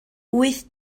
wyth